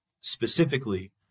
specifically